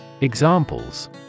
Examples